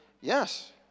yes